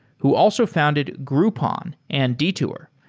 who also founded groupon and detour.